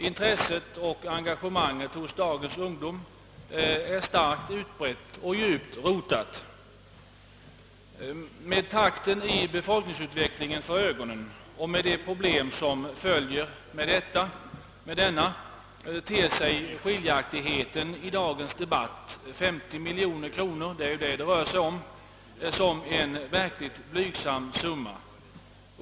Intresset och engagemanget hos dagens ungdom är starkt utbrett och djupt rotat. för ögonen och med de problem som följer härmed ter sig skiljaktigheten i dagens debatt — 50 miljoner kronor — som en verkligt blygsam summa.